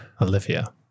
Olivia